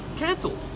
Cancelled